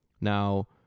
now